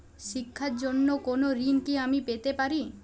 শিক্ষার জন্য কোনো ঋণ কি আমি পেতে পারি?